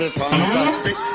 fantastic